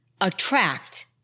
attract